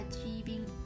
achieving